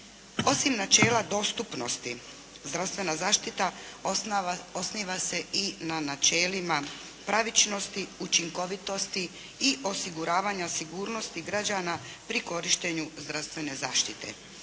Osim načela dostupnosti zdravstvena zaštita osniva se i na načelima pravičnosti, učinkovitosti i osiguravanja sigurnosti građana pri korištenju zdravstvene zaštite.